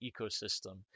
ecosystem